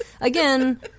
Again